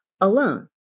alone